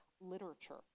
literature